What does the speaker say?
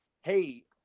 Hey